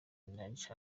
minaj